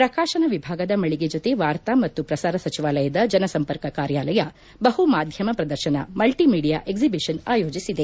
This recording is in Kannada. ಪ್ರಕಾಶನ ವಿಭಾಗದ ಮಳಿಗೆ ಜತೆ ವಾರ್ತಾ ಮತ್ತು ಪ್ರಸಾರ ಸಚಿವಾಲಯದ ಜನ ಸಂಪರ್ಕ ಕಾರ್ಯಾಲಯ ಬಹು ಮಾಧ್ಯಮ ಪ್ರದರ್ಶನ ಮಲ್ಟಿ ಮೀಡಿಯಾ ಎಕ್ಲಿಬಿಷನ್ ಆಯೋಜಿಸಿದೆ